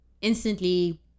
instantly